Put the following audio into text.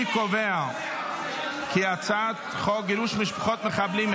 אני קובע כי הצעת חוק גירוש משפחות מחבלים,